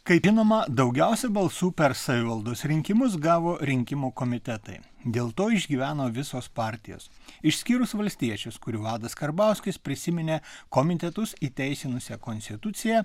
kaip žinoma daugiausiai balsų per savivaldos rinkimus gavo rinkimų komitetai dėl to išgyveno visos partijos išskyrus valstiečius kurių vadas karbauskis prisiminė komitetus įteisinusią konstituciją